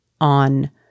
on